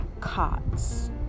cots